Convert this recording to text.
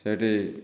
ସେଇଠି